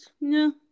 no